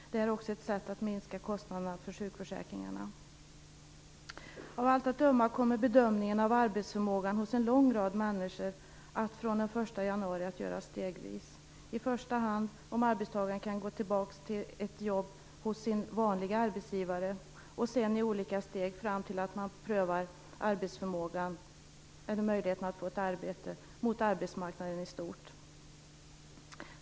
Detta är också ett sätt att minska kostnaderna för sjukförsäkringarna. Av allt att döma kommer bedömningen av arbetsförmågan hos en lång rad människor att från den 1 januari göras stegvis. I första hand undersöks om arbetstagaren kan gå tillbaka till ett jobb hos sin vanliga arbetsgivare och sedan görs undersökningen i olika steg fram till att man prövar möjligheten att få ett arbete mot arbetsmarknaden i stort.